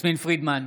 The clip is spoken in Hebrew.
יסמין פרידמן,